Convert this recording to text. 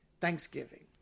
Thanksgiving